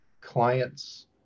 clients